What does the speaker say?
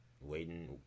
waiting